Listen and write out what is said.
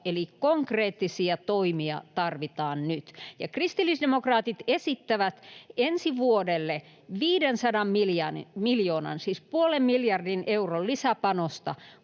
eli konkreettisia toimia tarvitaan nyt. Kristillisdemokraatit esittävät ensi vuodelle 500 miljoonan, siis puolen miljardin, euron lisäpanosta